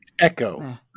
Echo